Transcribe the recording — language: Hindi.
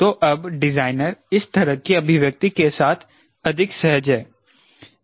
तो अब डिजाइनर इस तरह की अभिव्यक्ति के साथ अधिक सहज है